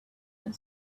and